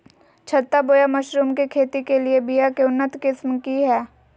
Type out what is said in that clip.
छत्ता बोया मशरूम के खेती के लिए बिया के उन्नत किस्म की हैं?